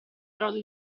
brodo